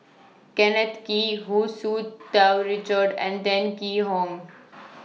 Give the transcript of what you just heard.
Kenneth Kee Hu Tsu Tau Richard and Tan Yee Hong